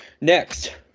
Next